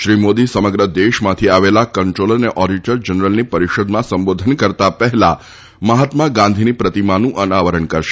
શ્રી મોદી સમગ્ર દેશમાંથી આવેલા કંટ્રોલર અને ઓડિટર જનરલની પરિષદમાં સંબોધન કરતા પહેલાં મહાત્મા ગાંધીની પ્રતિમાનું અનાવરણ કરશે